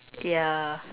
yeah